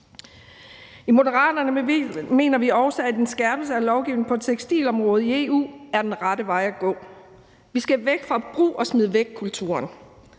I Moderaterne mener vi også, at en skærpelse af lovgivningen på tekstilområdet i EU er den rette vej at gå. Vi skal væk fra brug og smid væk-kulturen.